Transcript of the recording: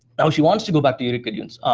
now she wants to go back to utica dunes.